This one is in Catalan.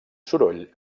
soroll